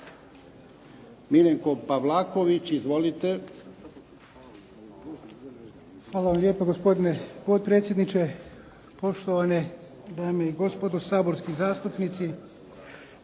**Pavlaković, Miljenko** Hvala vam lijepa, gospodine potpredsjedniče. Poštovane dame i gospodo saborski zastupnici.